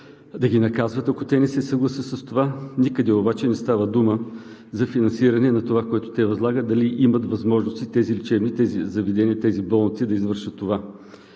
да ги наказва, докато те не се съгласят с това. Никъде обаче не става дума за финансиране на това, което те възлагат, дали имат възможности тези лечебни заведения, тези болници да извършват това.